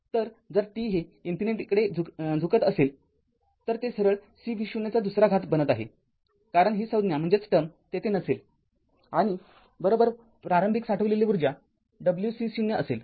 तर जर t हे इन्फिनिटी कडे झुकत असेल तर ते सरळ C v0 २ बनत आहे कारण ही संज्ञा तेथे नसेल आणि प्रारंभिक साठवलेली ऊर्जा w C0असेल